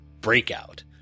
Breakout